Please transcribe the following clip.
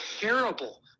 terrible